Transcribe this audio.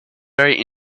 very